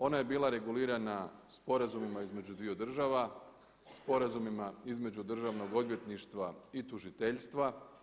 Ona je bila regulirana sporazumima između dviju države, sporazumima između državnog odvjetništva i tužiteljstva.